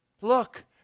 Look